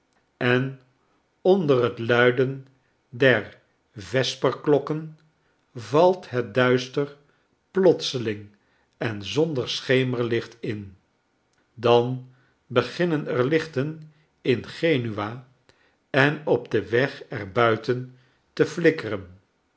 en onder het luiden der vesperklokken valt het duister plotselijk en zonder schemerlicht in dan beginnen er lichten in genua en op den weg er buiten teflikkeren